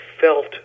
felt